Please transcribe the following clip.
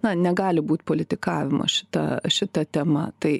na negali būt politikavimo šita šita tema tai